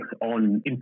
on